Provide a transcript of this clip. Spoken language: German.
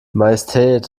majestät